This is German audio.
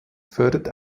förderte